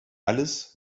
alles